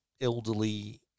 elderly